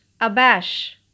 Abash